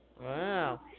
Wow